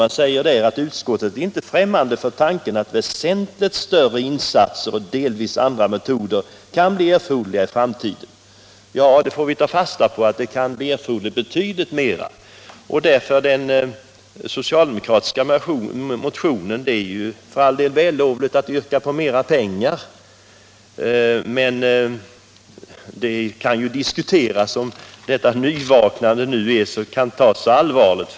Utskottet säger sig inte vara främmande för tanken att väsentligt större insatser och delvis andra metoder kan bli erforderliga i framtiden. Ja, det får vi ta fasta på. Det kan bli erforderligt med betydligt mera. Det är för all del vällovligt, som socialdemokraterna gör i en motion, att yrka på mer pengar till information, men det kan ju diskuteras om detta nyvaknade intresse kan tas så allvarligt.